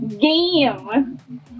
game